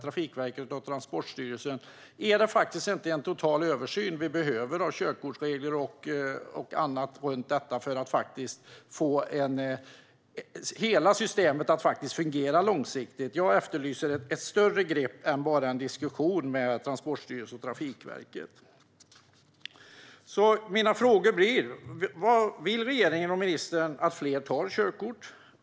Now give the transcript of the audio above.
Är det inte en total översyn av körkortsregler och annat runt detta som vi behöver för att få hela systemet att faktiskt fungera långsiktigt? Jag efterlyser ett större grepp än bara en diskussion med Transportstyrelsen och Trafikverket. Mina frågor blir: Vill regeringen och ministern att fler tar körkort?